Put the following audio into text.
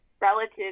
relative